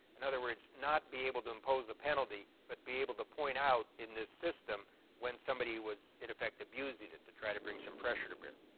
in other words, not be able to impose a penalty but be able to point out in the system when somebody was in effect abusing it, to try to bring some pressure to bear.